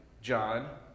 John